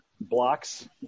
blocks